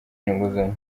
inguzanyo